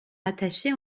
rattachés